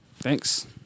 Thanks